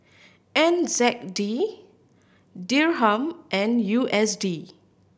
N Z D Dirham and U S D